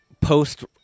post